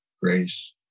grace